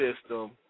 system